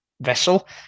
vessel